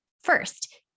First